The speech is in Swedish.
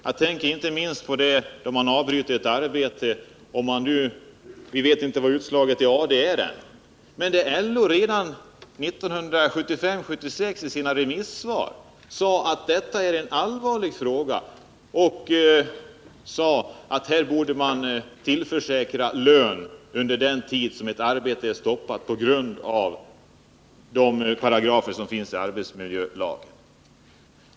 Jag tänker inte minst på de fall då man avbryter ett arbete. Vi vet inte än vilket utslag det blir i AD. Men LO sade redan 1975/76 i sina remissvar att det härär en allvarlig fråga. LO ansåg att lön borde tillförsäkras de anställda under den tid ett arbete är stoppat på grund av paragraferna i arbetsmiljölagen.